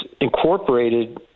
incorporated